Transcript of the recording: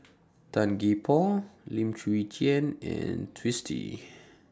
Tan Gee Paw Lim Chwee Chian and Twisstii